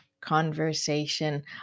conversation